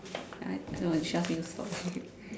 I I don't know she ask me to stop already